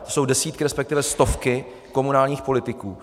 To jsou desítky, resp. stovky komunálních politiků.